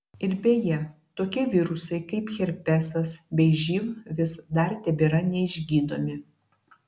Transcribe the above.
ir beje tokie virusai kaip herpesas bei živ vis dar tebėra neišgydomi